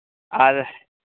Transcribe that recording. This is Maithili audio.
आज